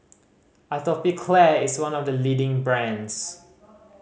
Atopiclair is one of the leading brands